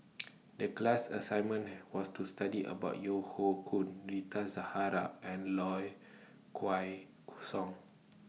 The class assignment was to study about Yeo Hoe Koon Rita Zahara and Low Kway Song